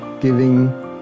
giving